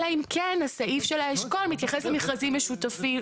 אלא אם כן הסעיף של האשכול מתייחס למכרזים משותפים.